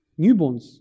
newborns